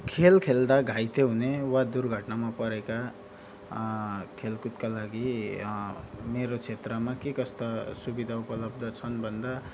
खेल खेल्दा घाइते हुने वा दुर्घटनामा परेका खेलकुदका लागि मेरो क्षेत्रमा के कस्ता सुविधा उपलब्ध छन् भन्दा